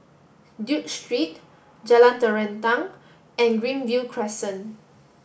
Duke Street Jalan Terentang and Greenview Crescent